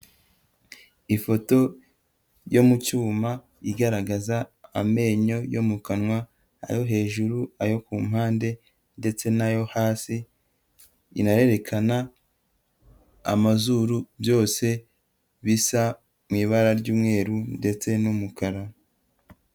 Ifoto yo mu cyuma igaragaza amenyo yo mu kanwa, ayo hejuru, ayo ku mpande ndetse n'ayo hasi, inarerekana amazuru byose bisa mu ibara ry'umweru ndetse n'umukara.